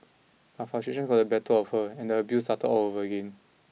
but frustrations got the better of her and the abuse started all over again